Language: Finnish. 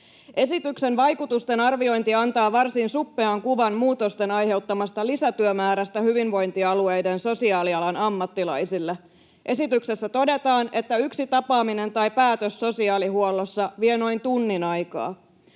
Esityksen vaikutusten arviointi antaa varsin suppean kuvan muutosten aiheuttamasta lisätyömäärästä hyvinvointialueiden sosiaalialan ammattilaisille. Esityksessä todetaan, että yksi tapaaminen tai päätös sosiaalihuollossa vie noin tunnin aikaa.